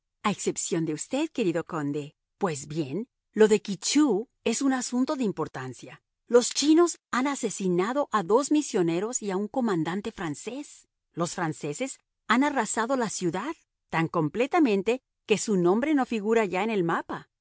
a excepción de usted querido conde pues bien lo de ky tcheou es un asunto de importancia los chinos han asesinado a dos misioneros y a un comandante francés los franceses han arrasado la ciudad tan completamente que su nombre no figura ya en el mapa